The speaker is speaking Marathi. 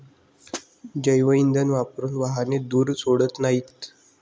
जैवइंधन वापरून वाहने धूर सोडत नाहीत